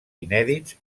inèdits